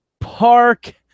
Park